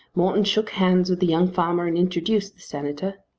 morton shook hands with the young farmer and introduced the senator.